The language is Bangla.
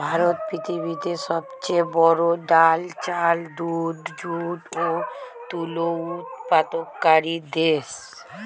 ভারত পৃথিবীতে সবচেয়ে বড়ো ডাল, চাল, দুধ, যুট ও তুলো উৎপাদনকারী দেশ